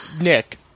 Nick